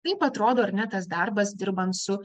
taip atrodo ar ne tas darbas dirbant su